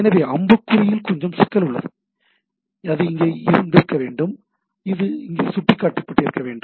எனவே அம்புக்குறியில் கொஞ்சம் சிக்கல் உள்ளது அது இங்கே இருந்திருக்க வேண்டும் இது இங்கே சுட்டிக்காட்டப்பட்டிருக்க வேண்டும்